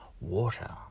water